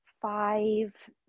five